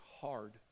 hard